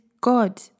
God